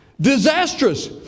disastrous